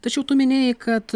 tačiau tu minėjai kad